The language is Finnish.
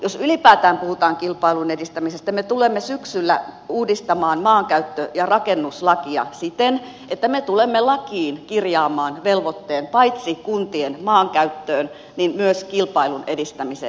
jos ylipäätään puhutaan kilpailun edistämisestä me tulemme syksyllä uudistamaan maankäyttö ja rakennuslakia siten että me tulemme lakiin kirjaamaan velvoitteen paitsi kuntien maankäyttöön myös kilpailun edistämiseen